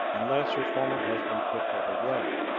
unless her former husband put her away.